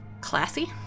classy